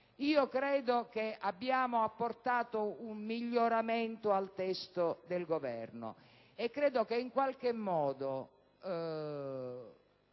Credo che noi abbiamo apportato un miglioramento al testo del Governo e che, in qualche modo,